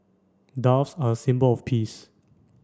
doves are a symbol of peace